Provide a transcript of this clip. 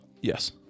yes